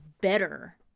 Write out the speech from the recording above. better